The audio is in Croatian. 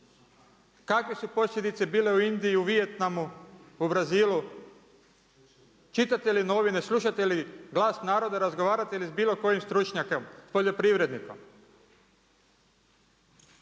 kakve su posljedice bile u Indiji, u Vijetnamu, u Brazilu, čitate li novine, slušate li glas naroda, razgovarate li s bilo kojim stručnjakom, poljoprivrednima?